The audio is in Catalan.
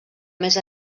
més